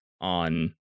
on